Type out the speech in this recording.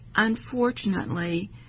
Unfortunately